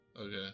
Okay